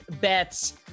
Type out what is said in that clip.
bets